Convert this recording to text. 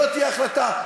לא תהיה החלטה,